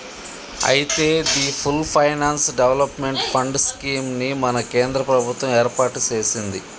అయితే the full finance development fund scheme ని మన కేంద్ర ప్రభుత్వం ఏర్పాటు సెసింది